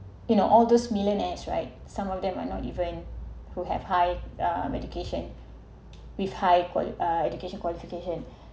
in all those millionaires right some of them are not even who have high um medication with high quali~ uh education qualification